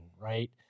right